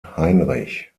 heinrich